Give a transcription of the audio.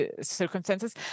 circumstances